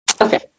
okay